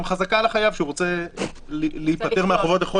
גם חזקה על החייב שהוא רוצה להיפטר מהחובות לכל